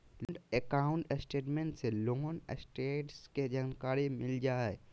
loan account statement से loan status के जानकारी मिल जा हय